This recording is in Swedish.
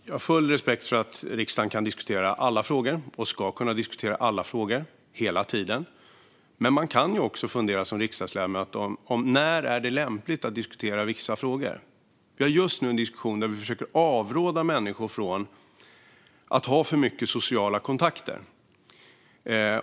Jag har full respekt för att riksdagen kan och ska kunna diskutera alla frågor hela tiden. Men som riksdagsledamot kan man också fundera på när det är lämpligt att diskutera vissa frågor. Vi försöker just nu avråda människor från att ha för mycket sociala kontakter.